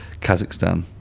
Kazakhstan